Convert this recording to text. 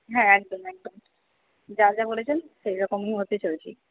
হ্যাঁ একদম একদম যা যা বলেছেন সেইরকমই মতে চলছি